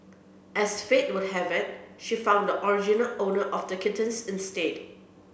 as fate would have it she found the original owner of the kittens instead